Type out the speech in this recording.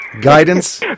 guidance